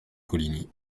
coligny